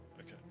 Okay